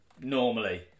normally